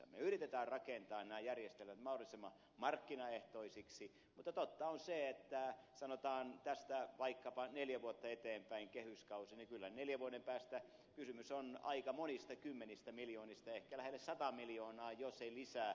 me yritämme rakentaa nämä järjestelmät mahdollisimman markkinaehtoisiksi mutta totta on se että kun katsotaan tästä sanotaan kehyskauden verran neljä vuotta eteenpäin niin kyllä neljän vuoden päästä kysymys on aika monista kymmenistä miljoonista ehkä lähelle sadasta miljoonasta mitä tarvitaan lisää